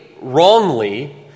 wrongly